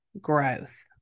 growth